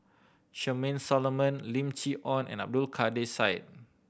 Charmaine Solomon Lim Chee Onn and Abdul Kadir Syed